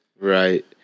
right